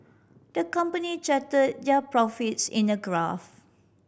the company charted their profits in a graph